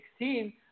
2016